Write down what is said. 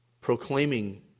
Proclaiming